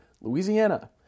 Louisiana